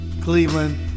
Cleveland